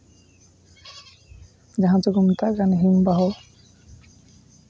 ᱡᱟᱦᱟᱸ ᱫᱚᱠᱚ ᱢᱮᱛᱟᱜ ᱠᱟᱱ ᱦᱤᱢᱵᱟᱦᱚ